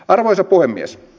arvoisa puhemies